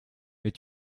mais